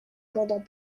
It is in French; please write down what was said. pendant